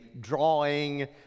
drawing